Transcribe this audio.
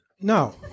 No